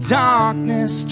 darkness